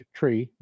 tree